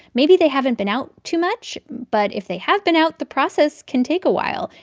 maybe they haven't been out too much, but if they have been out, the process can take a while,